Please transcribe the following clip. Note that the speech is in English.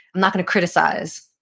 i'm not going to criticize.